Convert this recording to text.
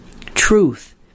Truth